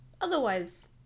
otherwise